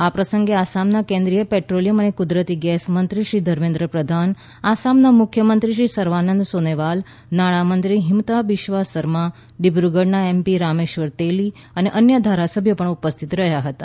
આ પ્રસંગે આસામના કેન્દ્રીય પેટ્રોલિયમ અને કુદરતી ગેસ મંત્રી શ્રી ધર્મેન્દ્ર પ્રધાન આસામના મુખ્યમંત્રી શ્રી સર્વાનંદ સોનોવાલ નાણાંમંત્રી હિંમંતા બિસ્વા સરમા ડિબ્રુગઢનાએમપી રામેશ્વર તેલી અને અન્ય ધારાસભ્યો પણ ઉપસ્થિત રહ્યા હતા